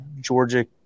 Georgia